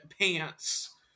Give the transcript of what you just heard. pants